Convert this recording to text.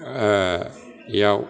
याव